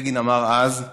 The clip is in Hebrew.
בגין אמר אז: